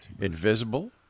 Invisible